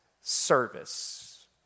service